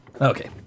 Okay